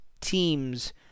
teams